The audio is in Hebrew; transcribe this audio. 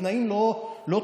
התנאים לא טובים.